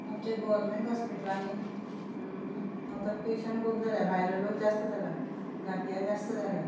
आमच्या गोवोरमेंट हॉस्पिटलांनी आतां पेशंट खूब जाल्या भायलो लोक जास्त जाला घांटियां जास्त जाल्या